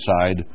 side